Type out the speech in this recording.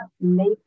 make